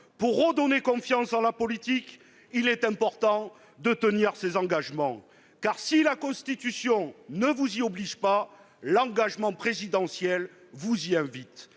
Pour redonner confiance en la politique, il est important de tenir ses engagements. Car, si la Constitution ne vous y oblige pas, l'engagement présidentiel vous y invite.